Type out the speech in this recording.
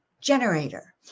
generator